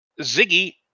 Ziggy